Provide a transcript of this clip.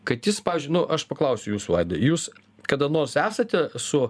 kad jis pavyzdžiui nu aš paklausiu jūsų vaidai jūs kada nors esate su